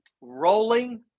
rolling